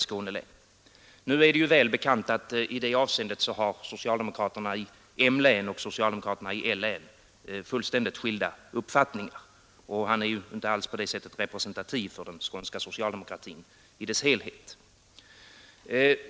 Det är väl bekant att socialdemokraterna i M-län och socialdemokraterna i L-län har fullständigt skilda uppfattningar. Han är alltså inte alls representativ för den skånska socialdemokratin i dess helhet.